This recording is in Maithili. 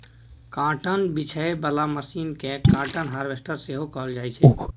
काँटन बीछय बला मशीन केँ काँटन हार्वेस्टर सेहो कहल जाइ छै